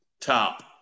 top